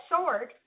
sword